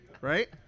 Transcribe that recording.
right